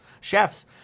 chefs